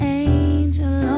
angel